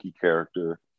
character